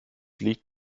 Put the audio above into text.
liegt